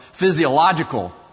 Physiological